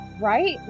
Right